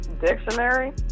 Dictionary